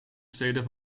steden